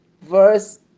verse